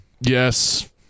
Yes